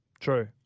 True